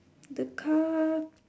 the car